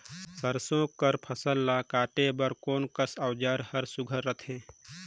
सरसो कर फसल ला काटे बर कोन कस औजार हर सुघ्घर रथे?